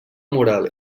moral